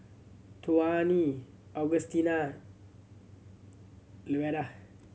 Tawny Augustina Louetta